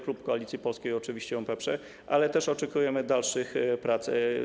Klub Koalicji Polskiej oczywiście ją poprze, ale oczekujemy dalszych prac.